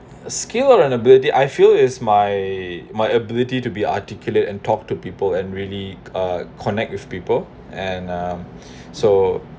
skill or ability I feel is my my ability to be articulate and talk to people and really uh connect with people and um so